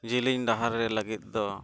ᱡᱮᱞᱮᱧ ᱰᱟᱦᱟᱨ ᱨᱮ ᱞᱟᱹᱜᱤᱫ ᱫᱚ